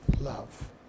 love